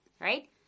right